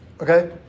Okay